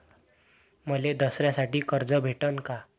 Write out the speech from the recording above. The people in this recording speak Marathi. मले दसऱ्यासाठी कर्ज भेटन का?